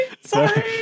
sorry